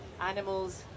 animals